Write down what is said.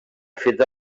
feta